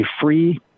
free